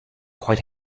quite